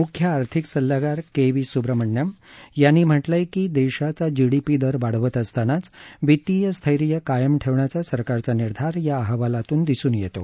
मुख्य आर्थिक सल्लागार के व्ही सुब्रमणियन यांनी म्हटलंय की देशाचा जीडीपी दर वाढवत असतानाच वितीय स्थैर्य कायम ठेवण्याचा सरकारचा निर्धार या अहवालातून दिसून येतो